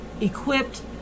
equipped